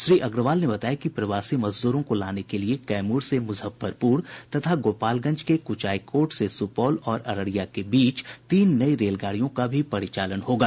श्री अग्रवाल ने बताया कि प्रवासी मजदूरों को लाने के लिए कैमूर से मुजफ्फरपुर तथा गोपालगंज के कुचायकोट से सुपौल और अररिया के लिए तीन नई रेलगाड़ियों का भी परिचालन किया जायेगा